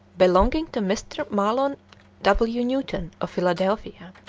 belonging to mr. mahlon w. newton, of philadelphia.